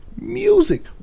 Music